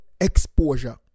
exposure